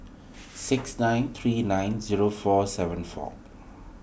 six nine three nine zero four seven four